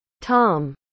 Tom